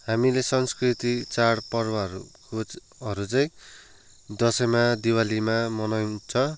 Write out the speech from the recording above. हामीले संस्कृति चाढ पर्वहरू चाहिँ दसैँमा दिवालीमा मनाउँछ